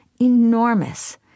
enormous